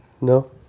No